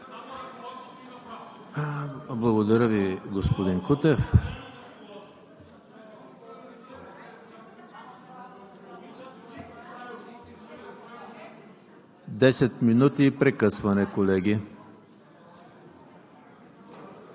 Благодаря Ви, господин Кутев. Десет минути прекъсване, колеги. (След